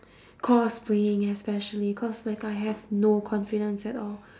cosplaying especially cause like I have no confidence at all